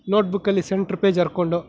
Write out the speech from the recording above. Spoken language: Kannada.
ನೋಟ್ಬುಕ್ಕಲ್ಲಿ ಸೆಂಟ್ರ್ ಪೇಜ್ ಹರ್ಕೊಂಡು